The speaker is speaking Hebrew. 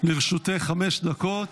לרשותך חמש דקות.